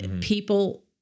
people